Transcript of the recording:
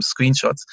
screenshots